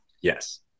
Yes